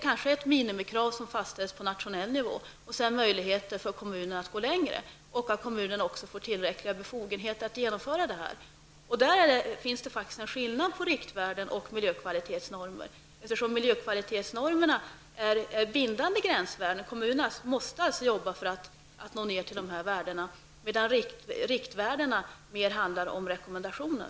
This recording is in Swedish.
Kanske skall minimikrav fastställas på en nationell nivå och att kommunerna sedan skall ha möjligheter att gå längre och också få tillräckliga befogenheter att genomföra detta. I detta sammanhang finns det faktiskt en skillnad mellan riktvärden och miljökvalitetsnormer. Miljökvalitetsnormerna är bindande gränsvärden. Kommunerna måste alltså jobba för att komma ned till dessa värden. Riktvärden däremot handlar mer om rekommendationer.